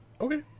Okay